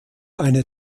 eine